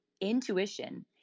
intuition